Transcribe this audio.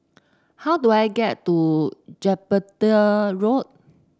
how do I get to Jupiter Road